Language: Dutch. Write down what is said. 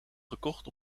gekocht